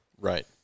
Right